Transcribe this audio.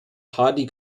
hardy